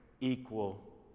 equal